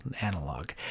analog